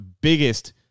biggest